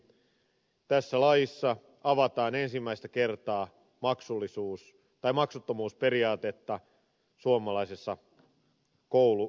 ensinnäkin tässä laissa avataan ensimmäistä kertaa maksuttomuusperiaatetta suomalaisessa koulutuspolitiikassa